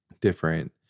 different